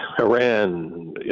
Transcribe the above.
Iran